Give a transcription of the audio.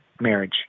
marriage